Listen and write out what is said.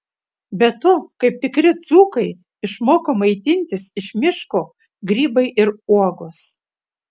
be to kaip tikri dzūkai išmoko maitintis iš miško grybai ir uogos